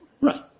Right